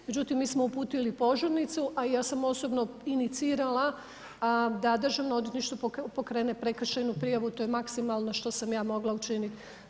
Međutim, mi smo uputili požurnicu, a ja sam osobno inicirala da državno odvjetništvo pokrene prekršajnu prijavu, to je maksimalno što sam ja mogla učiniti.